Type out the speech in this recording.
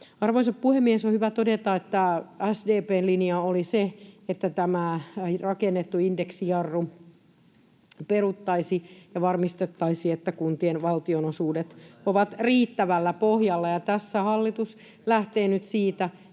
Arvoisa puhemies! On hyvä todeta, että SDP:n linja oli se, että tämä rakennettu indeksijarru peruttaisiin ja varmistettaisiin, että kuntien valtionosuudet ovat riittävällä pohjalla. [Petri Huru: Paljon luvattu